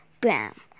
Bam